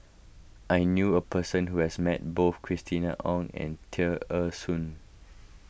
I knew a person who has met both Christina Ong and Tear Ee Soon